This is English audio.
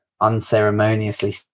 unceremoniously